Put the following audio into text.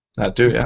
that too, yeah.